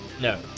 No